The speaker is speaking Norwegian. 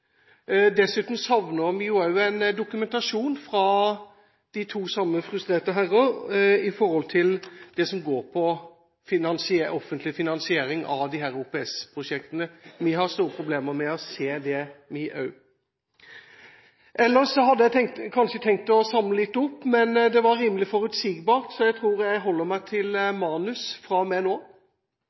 dessuten en dokumentasjon fra de samme to frustrerte herrer når det gjelder offentlig finansiering av disse OPS-prosjektene. Vi har store problemer med å se dette, vi også. Ellers hadde jeg tenkt å samle opp litt, men dette var rimelig forutsigbart, så jeg tror jeg holder meg til manus fra og med nå.